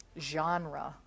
genre